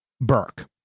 Burke